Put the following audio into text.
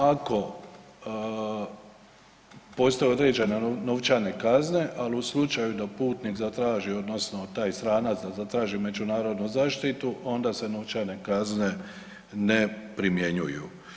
Ako postoje određene novčane kazne ali u slučaju da putnik zatraži odnosno da taj stranac da zatraži međunarodnu zaštitu, onda se novčane kazne ne primjenjuju.